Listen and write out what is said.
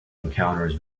encounters